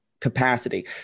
capacity